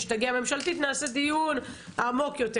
כשתגיע הממשלתית נעשה דיון עמוק יותר,